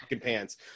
pants